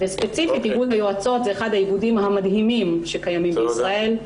וספציפית איגוד היועצות הוא אחד האיגודים המדהימים שקיימים בישראל,